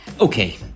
Okay